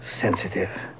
sensitive